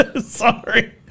sorry